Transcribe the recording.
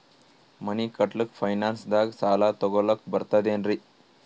ಮನಿ ಕಟ್ಲಕ್ಕ ಫೈನಾನ್ಸ್ ದಾಗ ಸಾಲ ತೊಗೊಲಕ ಬರ್ತದೇನ್ರಿ?